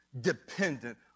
dependent